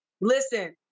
Listen